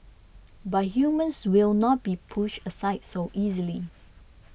but humans will not be pushed aside so easily